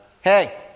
Hey